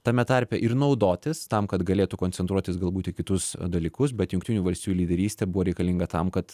tame tarpe ir naudotis tam kad galėtų koncentruotis galbūt į kitus dalykus bet jungtinių valstijų lyderystė buvo reikalinga tam kad